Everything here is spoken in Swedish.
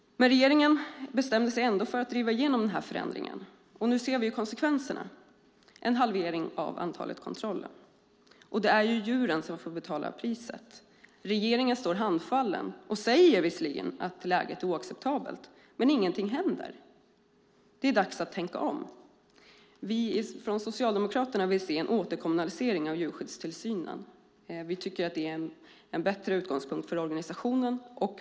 Regeringen bestämde sig för att trots allt driva igenom förändringen, och nu ser vi konsekvenserna - en halvering av antalet kontroller. Det är djuren som får betala priset. Regeringen står handfallen. Man säger visserligen att läget är oacceptabelt, men ingenting händer. Det är dags att tänka om. Vi från Socialdemokraterna vill se en återkommunalisering av djurskyddstillsynen. Vi tycker att det är en bättre utgångspunkt för organisationen.